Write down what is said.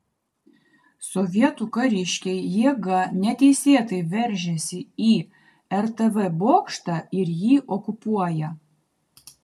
sovietų kariškiai jėga neteisėtai veržiasi į rtv bokštą ir jį okupuoja